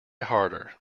harder